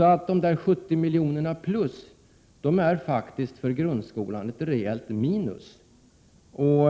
Ökningen med 70 milj.kr. är faktiskt för grundskolan ett reellt minus, och